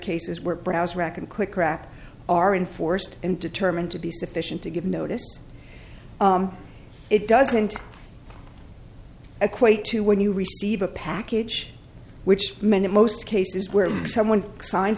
cases where browse reckon quick wrap are enforced and determined to be sufficient to give notice it doesn't equate to when you receive a package which meant in most cases where someone signs